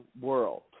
world